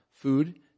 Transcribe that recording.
food